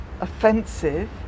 offensive